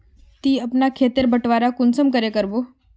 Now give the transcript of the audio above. ती अपना खेत तेर बटवारा कुंसम करे करबो?